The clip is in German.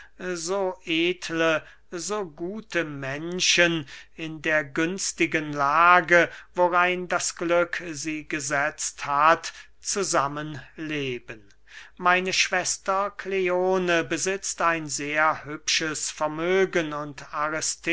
so gute menschen in der günstigen lage worein das glück sie gesetzt hat zusammen leben meine schwester kleone besitzt ein sehr hübsches vermögen und